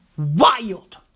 Wild